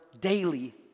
daily